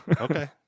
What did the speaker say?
okay